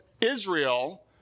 Israel